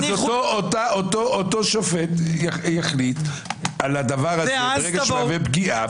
אותו שופט יחליט על הדבר הזה ברגע שיהווה פגיעה.